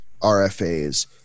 RFAs